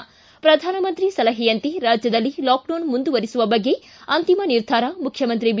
ಶ್ರಧಾನಮಂತ್ರಿ ಸಲಹೆಯಂತೆ ರಾಜ್ಯದಲ್ಲಿ ಲಾಕ್ಡೌನ್ ಮುಂದುವರೆಸುವ ಬಗ್ಗೆ ಅಂತಿಮ ನಿರ್ಧಾರ ಮುಖ್ಯಮಂತ್ರಿ ಬಿ